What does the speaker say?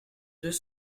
deux